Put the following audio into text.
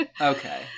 Okay